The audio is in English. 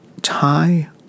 tie